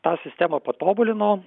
tą sistemą patobulino